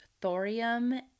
thorium